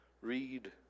read